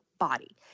Body